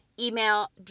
Email